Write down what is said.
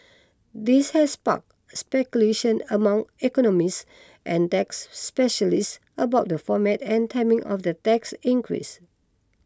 this has sparked speculation among economists and tax specialists about the format and timing of the tax increase